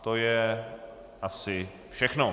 To je asi všechno.